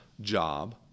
job